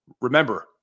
remember